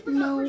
no